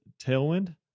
Tailwind